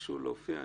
שביקשו להופיע.